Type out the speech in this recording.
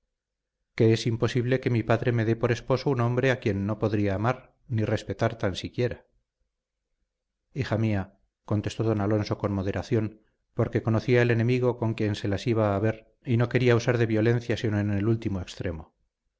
que es imposible que mi padre me dé por esposo un hombre a quien no podría amar ni respetar tan siquiera hija mía contestó don alonso con moderación porque conocía el enemigo con quien se las iba a haber y no quería usar de violencia sino en el último extremo